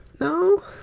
No